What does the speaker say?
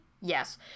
yes